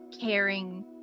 caring